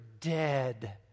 dead